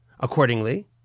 Accordingly